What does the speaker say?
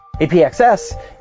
APXS